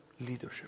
leadership